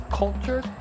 culture